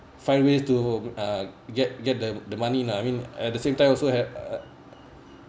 find ways to uh get get the the money lah I mean at the same time also have